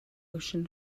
ocean